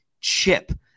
chip